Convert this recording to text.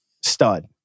stud